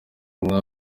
umwami